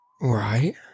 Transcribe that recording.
Right